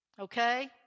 Okay